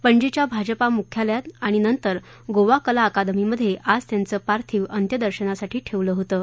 पणजीच्या भाजपा मुख्यालयात आणि नंतर गोवा कला अकादमीमधे आज त्यांचं पार्थिव अंत्यदर्शनासाठी ठेवलं होतं